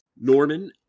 Norman